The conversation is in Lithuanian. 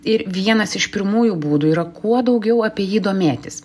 ir vienas iš pirmųjų būdų yra kuo daugiau apie jį domėtis